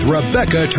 Rebecca